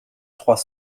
trois